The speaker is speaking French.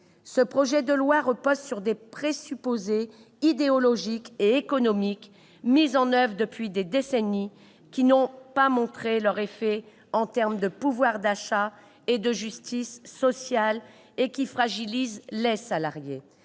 Ce projet de loi s'appuie sur des présupposés idéologiques et économiques mis en oeuvre depuis des décennies, qui n'ont pas démontré leurs effets en matière de pouvoir d'achat et de justice sociale et qui fragilisent les salariés.